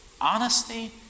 honesty